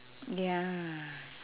ya